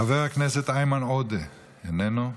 חבר הכנסת איימן עודה איננו.